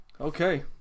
Okay